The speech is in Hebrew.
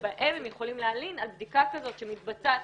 שבה הם יכולים להלין על בדיקה כזאת שמתבצעת,